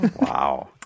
Wow